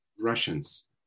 Russians